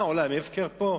מה, עולם הפקר פה?